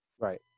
Right